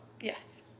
yes